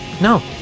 No